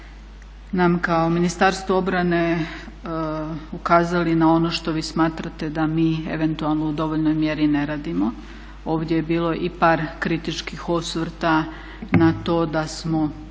nam kao Ministarstvo obrane ukazali na ono što vi smatrate da mi eventualno u dovoljnoj mjeri ne radimo. Ovdje je bilo i par kritičkih osvrta na to da smo